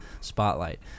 spotlight